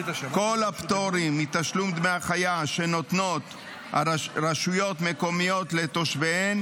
כל הפטורים מתשלום דמי החניה שנותנות רשויות מקומיות לתושביהן